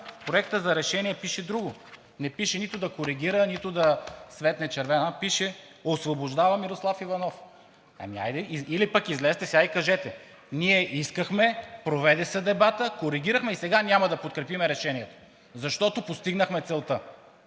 Проекта за решение пише друго. Не пише нито да коригира, нито да светне червена лампа, а пише: „Освобождавам Мирослав Иванов“! Излезте сега и кажете: ние искахме, проведе се дебатът, коригирахме и сега няма да подкрепим решението, защото постигнахме целта.